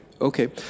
okay